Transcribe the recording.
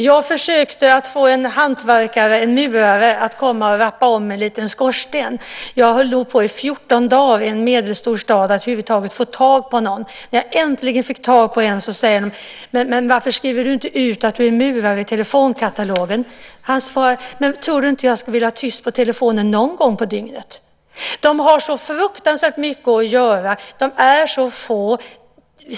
Jag försökte att få en hantverkare, en murare, att komma och rappa om en liten skorsten. Jag höll på i 14 dagar i en medelstor stad för att över huvud taget få tag på någon. När jag äntligen fick tag på en sade jag: Varför skriver du inte ut att du är murare i telefonkatalogen? Han svarade: Tror du inte att jag vill ha tyst på telefonen någon gång på dygnet? De har så fruktansvärt mycket att göra. De är så få.